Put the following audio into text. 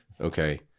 Okay